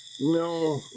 no